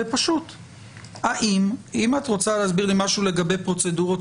אם את רוצה להסביר לי משהו לגבי פרוצדורות